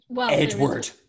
Edward